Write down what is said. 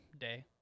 day